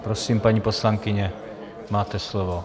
Prosím, paní poslankyně, máte slovo.